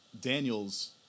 Daniels